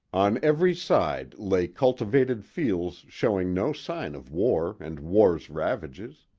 on every side lay cultivated fields showing no sign of war and war's ravages.